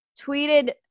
tweeted